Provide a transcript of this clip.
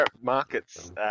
Markets